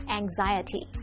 anxiety